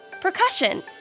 Percussion